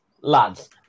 Lads